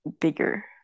bigger